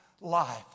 life